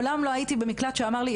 לא הייתי במקלט שאמר לי,